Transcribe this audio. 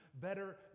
better